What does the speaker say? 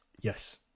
Yes